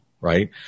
right